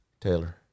Taylor